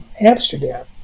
Amsterdam